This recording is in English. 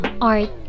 art